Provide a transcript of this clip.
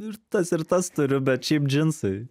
ir tas ir tas tariu bet šiaip džinsai